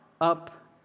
up